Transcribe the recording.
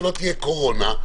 וכשתיגמר הקורונה,